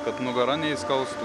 kad nugara neįskaustų